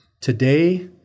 Today